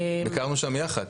הקמנו שם יחד.